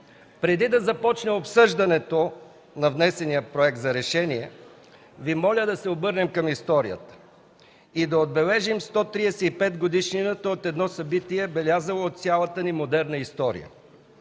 Преди да започне обсъждането на внесения проект за решение, Ви моля да се обърнем към историята и да отбележим 135 годишнината от едно събитие, белязало цялата ни модерна история.